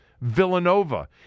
Villanova